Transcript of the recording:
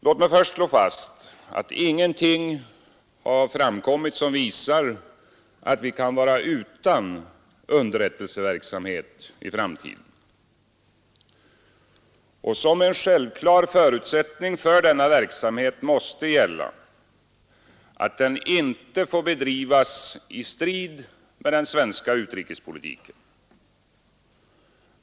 Låt mig först slå fast att ingenting har framkommit som visar att vi kan vara utan underrättelseverksamhet i framtiden. Som en självklar förutsättning för denna verksamhet måste gälla, att den inte får bedrivas i strid med den svenska utrikespolitiken.